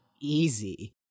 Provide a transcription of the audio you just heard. easy